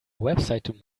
website